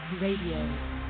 RADIO